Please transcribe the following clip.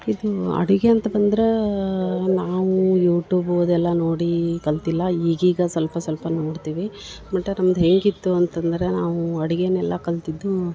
ಇದು ಅಡಿಗೆ ಅಂತ ಬಂದ್ರಾ ನಾವು ಯೂಟೂಬು ಅದೆಲ್ಲ ನೋಡಿ ಕಲ್ತಿಲ್ಲ ಈಗೀಗ ಸ್ವಲ್ಪ ಸ್ವಲ್ಪ ನೋಡ್ತೀವಿ ಮಟ ನಮ್ದ ಹೇಗಿತ್ತು ಅಂತಂದ್ರ ನಾವು ಅಡಿಗೆನೆಲ್ಲ ಕಲ್ತಿದ್ದು